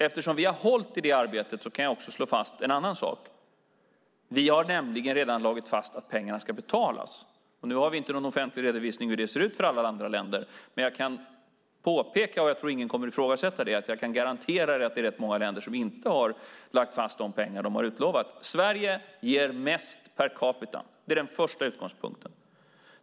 Eftersom vi har hållit i det arbetet kan jag också slå fast en annan sak. Vi har nämligen redan lagt fast att pengarna ska betalas. Nu har vi inte någon offentlig redovisning över hur det ser ut för alla andra länder. Men jag kan garantera - och jag tror inte att någon kommer att ifrågasätta det - att det är rätt många länder som inte har lagt fast de pengar som de har utlovat. Sverige ger mest per capita. Det är den första utgångspunkten.